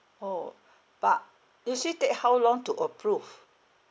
orh but usually take how long to approve